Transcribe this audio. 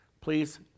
Please